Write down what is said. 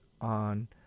on